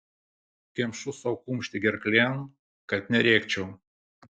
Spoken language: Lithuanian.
kemšu sau kumštį gerklėn kad nerėkčiau